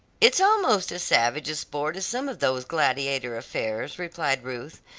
it's almost as savage a sport as some of those gladiator affairs, replied ruth,